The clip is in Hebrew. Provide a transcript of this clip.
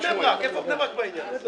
איפה בני ברק בעניין הזה?